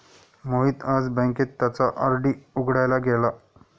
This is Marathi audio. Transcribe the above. मोहित आज बँकेत त्याचा आर.डी उघडायला गेला